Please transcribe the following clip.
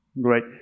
Great